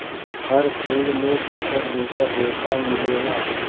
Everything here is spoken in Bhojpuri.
हर फल में दुसर दुसर रेसा मिलेला